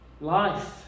Life